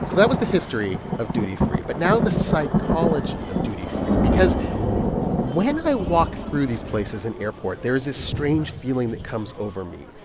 that was the history of duty free, but now the psychology of duty free because when i walk through these places in airport, there is this strange feeling that comes over me.